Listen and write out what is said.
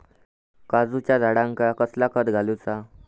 काजूच्या झाडांका कसला खत घालूचा?